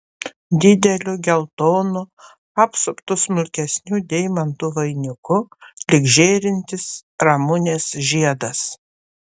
dideliu geltonu apsuptu smulkesnių deimantų vainiku lyg žėrintis ramunės žiedas